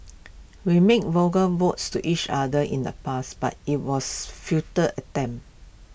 we made vows to each other in the past but IT was futile attempt